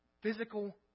physical